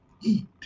eat